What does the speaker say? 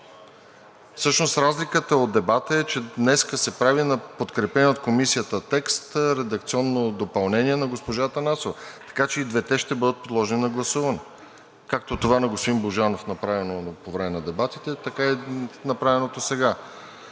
Всъщност разликата от дебата е, че днес се прави на подкрепен от Комисията текст редакционно допълнение на госпожа Атанасова, така че и двете ще бъдат подложени на гласуване – както това на господин Божанов, направено по време на дебатите, така и направеното сега.